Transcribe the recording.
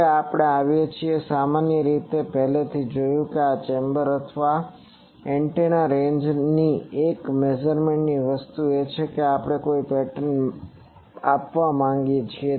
હવે આપણે આવીએ છીએ કે સામાન્ય રીતે આપણે પહેલેથી જ જોયું છે કે આ ચેમ્બર અથવા એન્ટેના રેન્જમાંની એક મેઝરમેન્ટ વસ્તુ એ છે કે આપણે કોઈ પેટર્ન માપવા માંગીએ છીએ